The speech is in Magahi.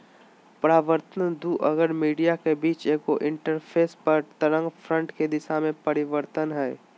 परावर्तन दू अलग मीडिया के बीच एगो इंटरफेस पर तरंगफ्रंट के दिशा में परिवर्तन हइ